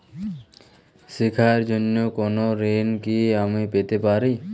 শিক্ষার জন্য কোনো ঋণ কি আমি পেতে পারি?